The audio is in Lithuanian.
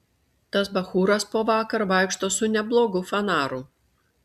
tas bachūras po vakar vaikšto su neblogu fanaru